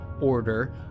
order